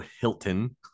Hilton